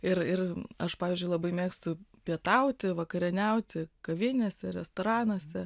ir ir aš pavyzdžiui labai mėgstu pietauti vakarieniauti kavinėse restoranuose